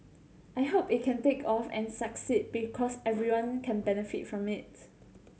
I hope it can take off and succeed because everyone can benefit from it